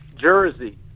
jersey